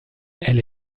elle